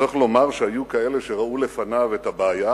צריך לומר שהיו כאלה שראו לפניו את הבעיה,